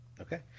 Okay